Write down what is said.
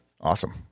Awesome